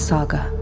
Saga